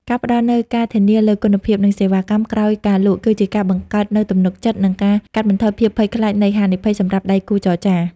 ការផ្តល់នូវការធានាលើគុណភាព និងសេវាកម្មក្រោយការលក់ គឺជាការបង្កើននូវទំនុកចិត្ត និងការកាត់បន្ថយភាពភ័យខ្លាចនៃហានិភ័យសម្រាប់ដៃគូចរចា។